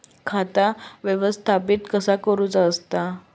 खाता व्यवस्थापित कसा करुचा असता?